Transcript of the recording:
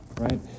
Right